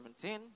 17